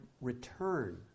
return